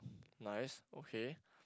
nice okay